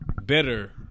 Better